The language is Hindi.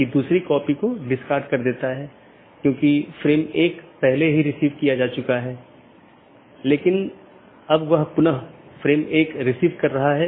तो मुख्य रूप से ऑटॉनमस सिस्टम मल्टी होम हैं या पारगमन स्टब उन परिदृश्यों का एक विशेष मामला है